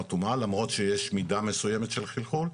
אטומה למרות שיש מידה מסוימת של חלחול,